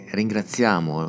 ringraziamo